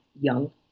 young